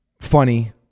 funny